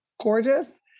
gorgeous